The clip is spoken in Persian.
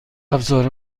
ابزار